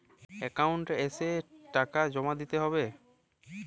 Account এসে টাকা জমা দিতে হবে?